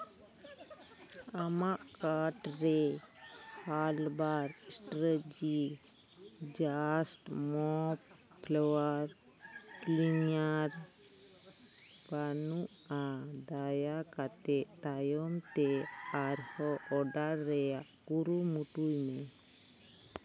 ᱟᱢᱟᱜ ᱠᱟᱨᱴ ᱨᱮ herbal Strategi just mop floor cleaner ᱵᱟᱹᱱᱩᱼᱟ ᱫᱟᱭᱟ ᱠᱟᱛᱮᱫ ᱛᱟᱭᱚᱢ ᱛᱮ ᱟᱨᱦᱚᱸ ᱚᱰᱟᱨ ᱨᱮᱭᱟᱜ ᱠᱩᱨᱩᱢᱩᱴᱩᱭ ᱢᱮ